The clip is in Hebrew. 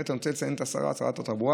אני רוצה לציין את שרת התחבורה,